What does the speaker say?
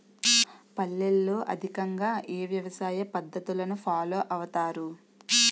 పల్లెల్లో అధికంగా ఏ వ్యవసాయ పద్ధతులను ఫాలో అవతారు?